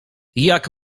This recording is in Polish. jak